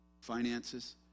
finances